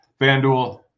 FanDuel